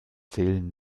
zählen